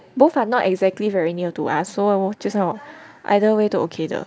both are not exactly very near to us so 就算 just now either way 都 okay 的